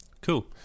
Cool